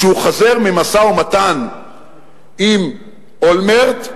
כשהוא חוזר ממשא-ומתן עם אולמרט,